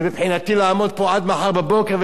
ומבחינתי לעמוד פה עד מחר בבוקר ולדבר,